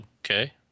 okay